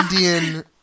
Indian